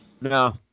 No